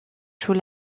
joue